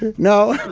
no.